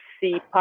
see